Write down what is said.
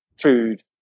food